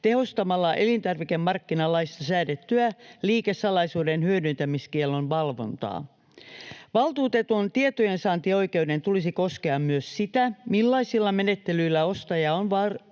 tehostamalla elintarvikemarkkinalaissa säädettyä liikesalaisuuden hyödyntämiskiellon valvontaa. Valtuutetun tietojensaantioikeuden tulisi koskea myös sitä, millaisilla menettelyillä ostaja on varmistanut